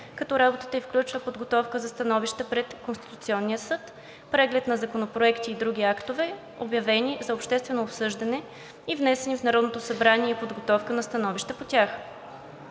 като работата ѝ включва подготовка на становища пред Конституционния съд, преглед на законопроекти и други актове, обявени за обществено обсъждане и внесени в Народното събрание, и подготовка на становища по тях.